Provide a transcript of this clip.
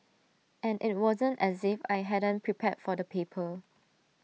and IT wasn't as if I hadn't prepared for the paper